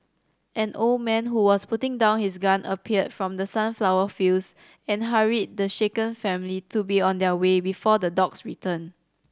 an old man who was putting down his gun appeared from the sunflower fields and hurried the shaken family to be on their way before the dogs return